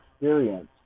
experience